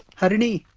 harini.